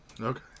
Okay